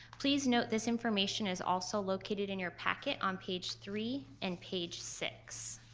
please note this information is also located in your packet on page three and page six.